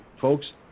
folks